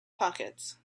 pockets